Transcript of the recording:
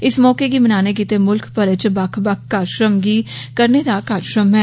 इस मौके गी मनाने गित्तै मुल्ख भरै च बक्ख बक्ख कार्यक्रमें करने दा कार्यक्रम ऐ